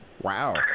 Wow